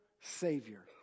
Savior